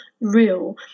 real